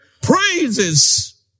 praises